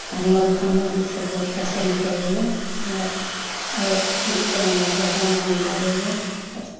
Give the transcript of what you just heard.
हमर खाना भी सभ बहुत पसन्द करैत यऽ हमरा आओर एकरामऽ ज्यादा मोन लागयए आओर